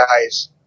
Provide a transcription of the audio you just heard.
guys